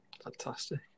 Fantastic